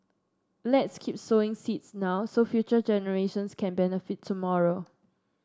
let's keep sowing seeds now so future generations can benefit tomorrow